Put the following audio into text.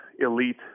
elite